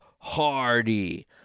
Hardy